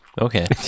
Okay